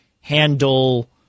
handle